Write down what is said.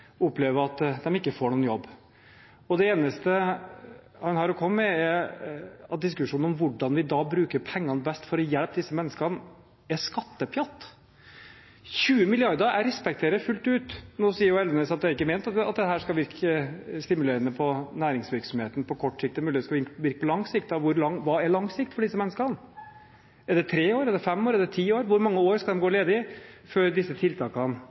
at de ikke får noen jobb. Det eneste han har å komme med, er at diskusjonen om hvordan vi bruker pengene best for å hjelpe disse menneskene, er skattepjatt. 20 mrd. kr – jeg respekterer det fullt ut. Nå sier Elvenes at det ikke er ment at dette skal virke stimulerende på næringsvirksomheten på kort sikt. Det er mulig det skal virke på lang sikt. Hva er lang sikt for disse menneskene? Er det tre år, er det fem år, er det ti år? Hvor mange år skal de gå ledig før disse tiltakene